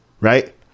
right